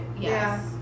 yes